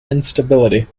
instability